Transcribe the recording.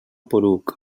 poruc